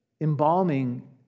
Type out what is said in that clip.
embalming